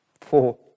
Four